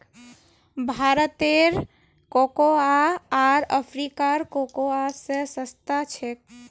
भारतेर कोकोआ आर अफ्रीकार कोकोआ स सस्ता छेक